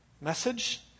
message